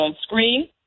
screen